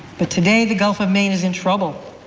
but today, the gulf of maine is in trouble.